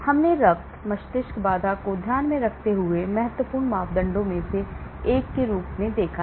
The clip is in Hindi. हमने रक्त मस्तिष्क बाधा को ध्यान में रखते हुए महत्वपूर्ण मापदंडों में से एक के रूप में देखा है